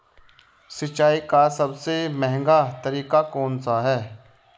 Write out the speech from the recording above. सिंचाई का सबसे महंगा तरीका कौन सा है?